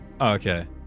okay